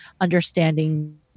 understanding